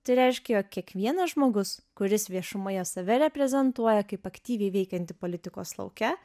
tai reiškia jog kiekvienas žmogus kuris viešumoje save reprezentuoja kaip aktyviai veikiantį politikos lauke